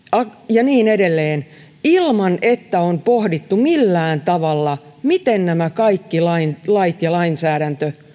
ja niin edelleen ilman että on pohdittu millään tavalla miten nämä kaikki lait ja lainsäädäntö